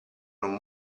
non